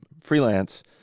freelance